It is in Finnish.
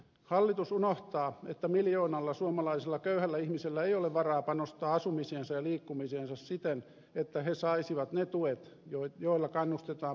hallitus unohtaa että miljoonalla suomalaisella köyhällä ihmisellä ei ole varaa panostaa asumiseensa ja liikkumiseensa siten että he saisivat ne tuet joilla kannustetaan päästöleikkauksiin